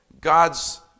God's